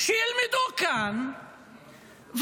ושילמדו כאן,